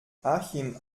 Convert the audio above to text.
achim